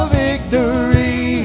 victory